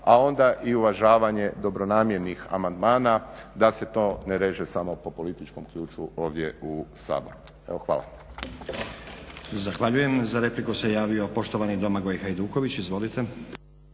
a onda i uvažavanje dobronamjernih amandmana da se to ne reže samo po političkom ključu ovdje u Saboru. Evo hvala.